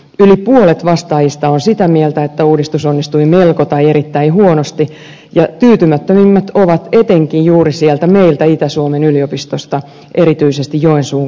yli puolet vastaajista on sitä mieltä että uudistus onnistui melko tai erittäin huonosti ja tyytymättömimmät ovat etenkin sieltä meiltä itä suomen yliopistosta erityisesti joensuun kampukselta